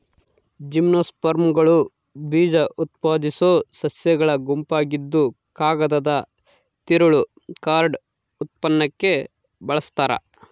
ಜಿಮ್ನೋಸ್ಪರ್ಮ್ಗಳು ಬೀಜಉತ್ಪಾದಿಸೋ ಸಸ್ಯಗಳ ಗುಂಪಾಗಿದ್ದುಕಾಗದದ ತಿರುಳು ಕಾರ್ಡ್ ಉತ್ಪನ್ನಕ್ಕೆ ಬಳಸ್ತಾರ